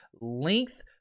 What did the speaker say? length